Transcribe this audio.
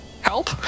Help